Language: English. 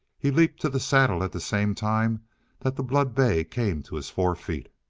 he leaped to the saddle at the same time that the blood-bay came to his four feet.